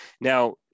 Now